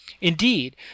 Indeed